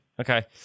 Okay